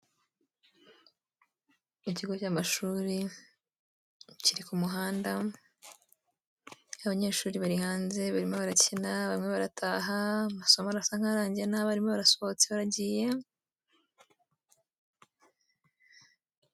Ikigo cy'amashuri kiri ku muhanda, abanyeshuri bari hanze barimo barakina, bamwe barataha amasomo arasa n'arangiye n'abarimu barasohotse baragiye.